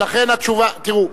תראו,